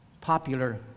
popular